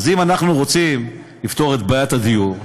אז אם אנחנו רוצים לפתור את בעיית הדיור,